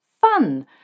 fun